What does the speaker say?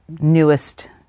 newest